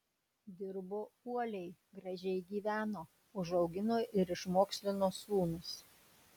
dirbo uoliai gražiai gyveno užaugino ir išmokslino sūnus